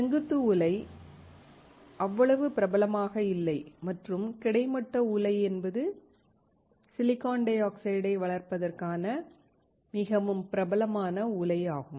செங்குத்து உலை அவ்வளவு பிரபலமாக இல்லை மற்றும் கிடைமட்ட உலை என்பது சிலிக்கான் டை ஆக்சைடை வளர்ப்பதற்கான மிகவும் பிரபலமான உலை ஆகும்